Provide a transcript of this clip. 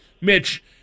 Mitch